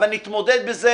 אבל נתמודד בזה